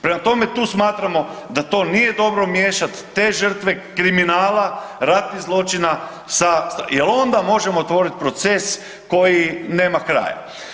Prema tome, tu smatramo da to nije dobro miješati te žrtve kriminala, ratnih zločina jer onda možemo otvoriti proces koji nema kraja.